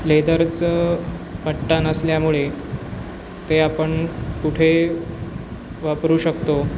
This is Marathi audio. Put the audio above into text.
लेदरचं पट्टा नसल्यामुळे ते आपण कुठे वापरू शकतो